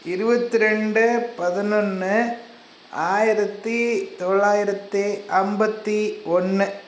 இருபத்தி ரெண்டு பதினொன்று ஆயிரத்தி தொள்ளாயிரத்தி ஐம்பத்தி ஒன்று